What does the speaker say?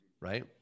right